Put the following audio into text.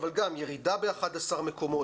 אבל גם ירידה ב-11 מקומות.